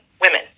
women